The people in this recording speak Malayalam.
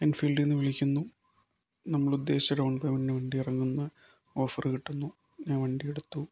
എൻഫീൽഡിൽ നിന്നു വിളിക്കുന്നു നമ്മളുദ്ദേശിച്ച ഡൗൺ പേയ്മെൻ്റിനു വണ്ടി ഇറങ്ങുന്നു ഓഫർ കിട്ടുന്നു ഞാൻ വണ്ടി എടുത്തു